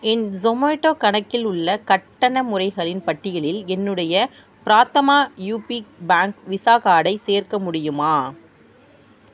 என் Zomato கணக்கில் உள்ள கட்டண முறைகளின் பட்டியலில் என்னுடைய பிராத்தமா யூபி பேங்க் விசா கார்டைச் சேர்க்க முடியுமா